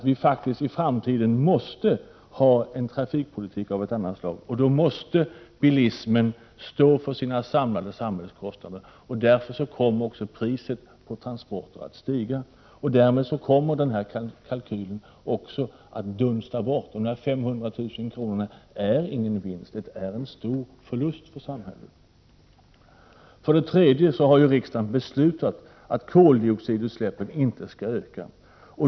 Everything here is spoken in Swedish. Vi måste i framtiden ha en trafikpolitik av ett annat slag, och då är det nödvändigt att bilismen står för sina samlade samhällskostnader. Därför kommer också priset på landsvägstransporter att stiga, och därmed kommer de här kalkylerna att dunsta bort — de 500 000 kronorna är ingen vinst utan en stor förlust för samhället. För det tredje har ju riksdagen beslutat att koldioxidutsläppen inte skall öka.